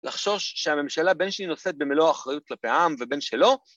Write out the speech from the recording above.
‫לחשוש שהממשלה בין שהיא נושאת ‫במלוא האחריות כלפי העם ובין שלא.